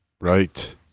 Right